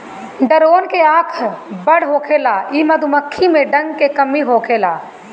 drone के आँख बड़ होखेला इ मधुमक्खी में डंक के कमी होखेला